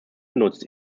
genutzt